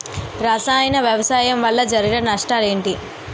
రసాయన వ్యవసాయం వల్ల జరిగే నష్టాలు ఏంటి?